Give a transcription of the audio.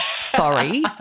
Sorry